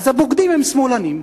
אז הבוגדים הם שמאלנים.